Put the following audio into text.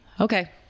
Okay